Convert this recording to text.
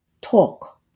TALK